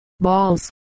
balls